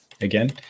again